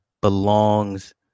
belongs